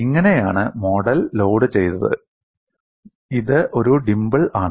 ഇങ്ങനെയാണ് മോഡൽ ലോഡുചെയ്തത് ഇത് ഒരു ഡിംപിൾ ആണ്